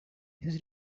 his